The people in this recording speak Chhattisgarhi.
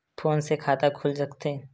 फोन से खाता खुल सकथे?